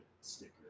sticker